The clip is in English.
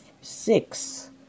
six